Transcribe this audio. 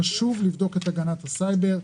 חשוב לבדוק את הגנת הסייבר.